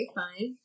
fine